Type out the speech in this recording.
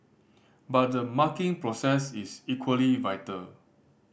but the marking process is equally vital